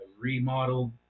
remodeled